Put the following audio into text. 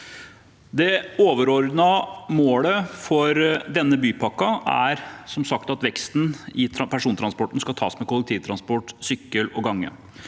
Det overordnede målet for denne bypakken er som sagt at veksten i persontransporten skal tas med kollektivtransport, sykkel og gange.